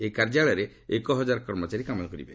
ଏହି କାର୍ଯ୍ୟାଳୟରେ ଏକ ହଜାର କର୍ମଚାରୀ କାମ କରିବେ